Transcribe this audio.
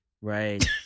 Right